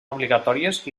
obligatòries